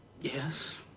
Yes